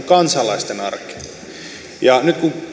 kansalaisten arkeen nyt kun